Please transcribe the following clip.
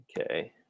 Okay